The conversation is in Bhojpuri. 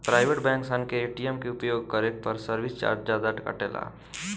प्राइवेट बैंक सन के ए.टी.एम के उपयोग करे पर सर्विस चार्ज जादा कटेला